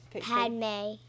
Padme